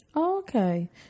okay